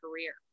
career